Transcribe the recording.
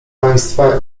państwa